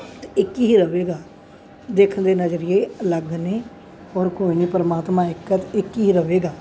ਅਤੇ ਇੱਕ ਹੀ ਰਹੇਗਾ ਦੇਖਣ ਦੇ ਨਜ਼ਰੀਏ ਅਲੱਗ ਨੇ ਔਰ ਕੋਈ ਨਹੀਂ ਪਰਮਾਤਮਾ ਇੱਕ ਹੈ ਅਤੇ ਇੱਕ ਹੀ ਰਹੇਗਾ